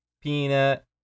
Peanut